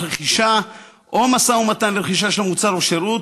רכישה או משא ומתן לרכישה של מוצר או שירות,